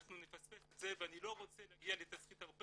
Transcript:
אנחנו נפספס את זה ואני לא רוצה להגיע לתסריט הרבה